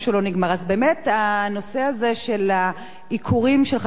אז באמת הנושא הזה של העיקורים של חתולי רחוב,